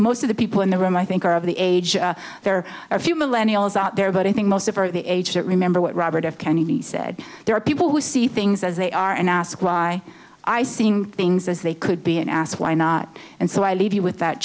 most of the people in the room i think are of the age there are a few millennial is out there but i think most of our the age that remember what robert f kennedy said there are people who see things as they are and ask why i seeing things as they could be and asked why not and so i leave you with that